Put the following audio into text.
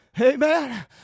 Amen